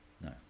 no